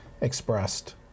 expressed